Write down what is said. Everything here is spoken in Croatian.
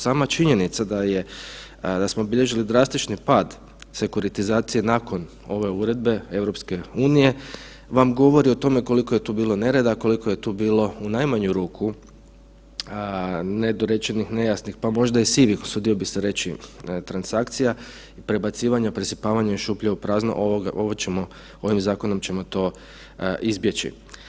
Sama činjenica da je, da smo bilježili drastični pad sekuritizacije nakon ove uredbe EU vam govori o tome koliko je tu bilo nereda, koliko je tu bilo u najmanju ruku nedorečenih, nejasnih, pa možda i sivih, usudio bih se reći, transakcija, prebacivanja, presipavanja iz šupljeg u prazno, ovo ćemo, ovim zakonom ćemo to izbjeći.